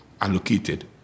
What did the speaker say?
allocated